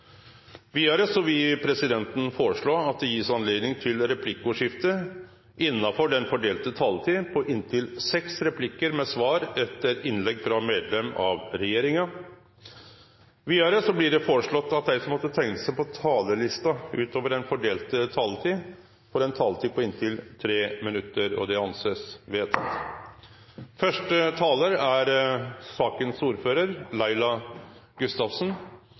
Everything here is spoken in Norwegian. Vidare vil presidenten foreslå at det blir gjeve anledning til replikkordskifte på inntil tre replikkar med svar etter innlegg av hovudtalarane frå kvar partigruppe og seks replikkar med svar etter innlegg frå medlem av regjeringa innanfor den fordelte taletida. Vidare blir det foreslått at dei som måtte teikne seg på talarlista utover den fordelte taletida, får ei taletid på inntil 3 minutt. – Det er